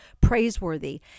praiseworthy